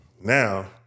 Now